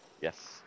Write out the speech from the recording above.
yes